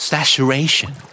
Saturation